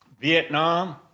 Vietnam